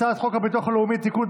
הצעת חוק הביטוח הלאומי (תיקון,